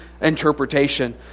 interpretation